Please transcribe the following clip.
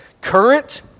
current